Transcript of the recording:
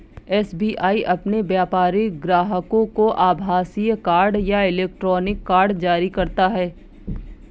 SBI अपने व्यापारिक ग्राहकों को आभासीय कार्ड या इलेक्ट्रॉनिक कार्ड जारी करता है